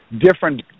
different